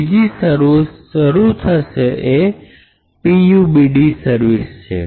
બીજી સર્વિસ શરૂ થશે એ pubd સર્વિસ છે